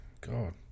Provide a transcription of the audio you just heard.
God